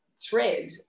thread